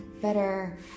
better